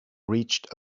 reached